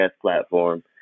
platform